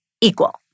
equal